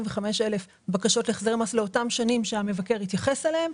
אלף בקשות להחזר מס לאותן שנים שהמבקר התייחס אליהן.